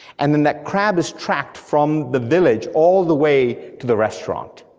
and then that crab is tracked from the village all the way to the restaurant,